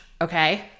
okay